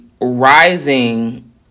rising